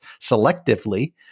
selectively